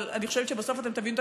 אבל אני חושבת שבסוף אתם תבינו את